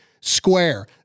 Square